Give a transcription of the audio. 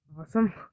Awesome